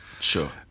Sure